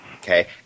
Okay